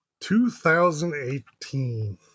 2018